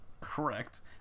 Correct